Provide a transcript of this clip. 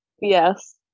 Yes